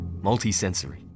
multisensory